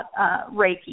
Reiki